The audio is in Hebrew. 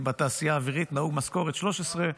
אם בתעשייה האווירית נהוגה משכורת 13,